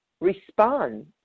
respond